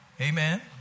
Amen